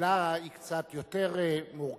השאלה היא קצת יותר מורכבת,